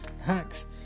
hacks